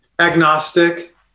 agnostic